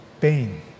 pain